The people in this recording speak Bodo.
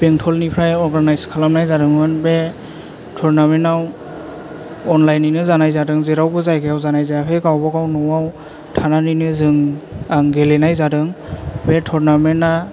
बेंथल निफ्राय अरगानाइस खालामनाय जादोंमोन बे थरनामेन्थ आव अनलाइनयैनो जानाय जादों जेरावबो जायगायाव जानाय जायाखै गावबागाव न'आव थानानैनो जों गेलेनाय जादों बे थरनामेन्था